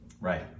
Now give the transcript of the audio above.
Right